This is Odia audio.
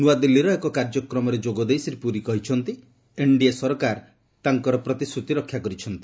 ନୂଆଦିଲ୍ଲୀର ଏକ କାର୍ଯ୍ୟକ୍ରମରେ ଯୋଗଦେଇ ଶ୍ରୀ ପୁରୀ କହିଛନ୍ତି ଏନ୍ଡିଏ ସରକାର ତାଙ୍କର ପ୍ରତିଶ୍ରତି ରକ୍ଷା କରିଛନ୍ତି